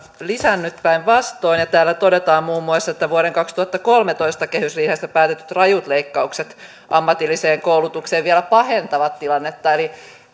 lisännyt päinvastoin ja täällä todetaan muun muassa että vuoden kaksituhattakolmetoista kehysriihessä päätetyt rajut leikkaukset ammatilliseen koulutukseen vielä pahentavat tilannetta eli